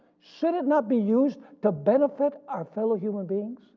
should it not be used to benefit our fellow human beings